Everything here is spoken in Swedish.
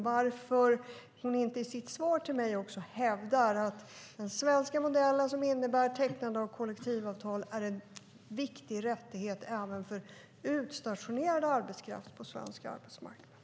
Varför hävdar hon inte också i sitt svar till mig att den svenska modellen, som innebär tecknande av kollektivavtal, är en viktig rättighet även för utstationerad arbetskraft på svensk arbetsmarknad?